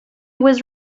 was